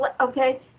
okay